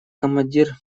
командир